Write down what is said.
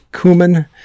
cumin